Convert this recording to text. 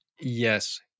Yes